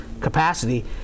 capacity